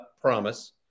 promise